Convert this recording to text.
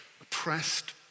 oppressed